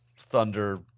thunder